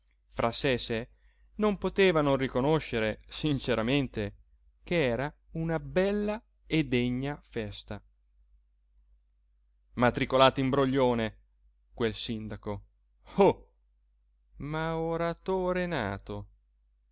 fra sé e sé non poteva non riconoscere sinceramente ch'era una bella e degna festa matricolato imbroglione quel sindaco oh ma oratore nato